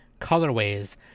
colorways